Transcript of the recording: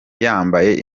yambaye